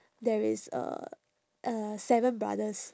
there is uh uh seven brothers